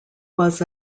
was